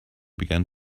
began